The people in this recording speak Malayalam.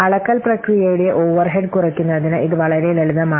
അളക്കൽ പ്രക്രിയയുടെ ഓവർഹെഡ് കുറയ്ക്കുന്നതിന് ഇത് വളരെ ലളിതമാണ്